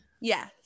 Yes